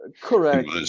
correct